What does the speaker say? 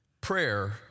prayer